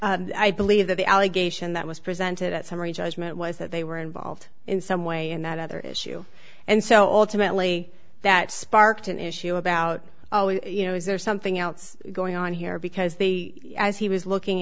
moses i believe that the allegation that was presented at summary judgment was that they were involved in some way and that other issue and so alternately that sparked an issue about you know is there something else going on here because they as he was looking